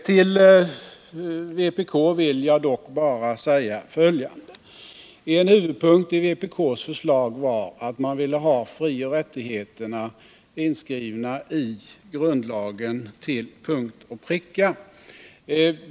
Till vpk vill jag dock säga följande: En huvudpunkt i vpk:s förslag var att man ville ha frioch rättigheterna inskrivna i grundlagen till punkt och pricka.